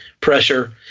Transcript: pressure